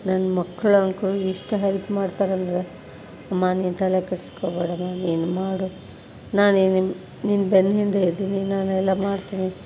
ನನ್ನ ಮಕ್ಳಂತೂ ಎಷ್ಟು ಹೆಲ್ಪ್ ಮಾಡ್ತಾರಂದ್ರೆ ಅಮ್ಮ ನೀ ತಲೆಕೆಡಿಸ್ಕೋಬೇಡಮ್ಮ ನೀನು ಮಾಡು ನಾನೇನು ನಿಮ್ಮ ನಿನ್ನ ಬೆನ್ನ ಹಿಂದೆ ಇದೀನಿ ನಾನು ಎಲ್ಲ ಮಾಡ್ತೀನಿ